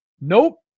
Nope